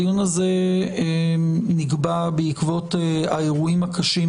הדיון הזה נקבע בעקבות האירועים הקשים